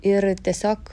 ir tiesiog